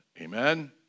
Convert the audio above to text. Amen